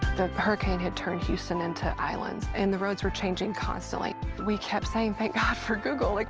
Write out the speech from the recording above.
the hurricane hit turned houston into islands and the roads were changing constantly. we kept saying, thank god for google! like